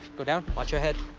go down, watch your head.